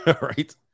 Right